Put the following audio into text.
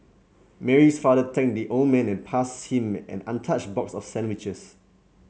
Mary's father thanked the old man and passed him an untouched box of sandwiches